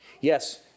Yes